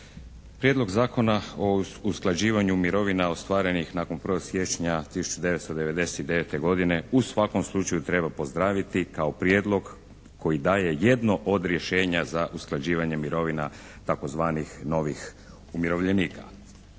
Prijedlog Zakona o usklađivanju mirovina ostvarenih nakon 1. siječnja 1999. godine u svakom slučaju treba pozdraviti kao prijedlog koji daje jedno od rješenja za usklađivanje mirovina tzv. novih umirovljenika.